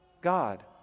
God